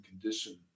condition